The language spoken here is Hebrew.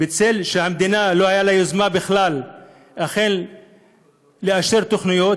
בצל זה שלמדינה לא הייתה יוזמה בכלל לאשר תוכניות,